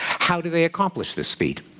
how do they accomplish this feat?